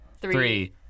three